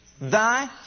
thy